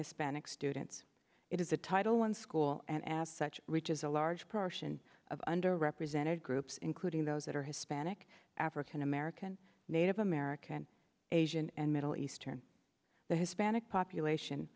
hispanic students it is a title one school and as such reaches a large portion of under represented groups including those that are hispanic african american native american asian and middle eastern the hispanic population